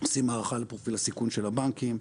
עושים הערכה לפרופיל הסיכון של הבנקים,